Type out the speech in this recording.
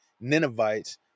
Ninevites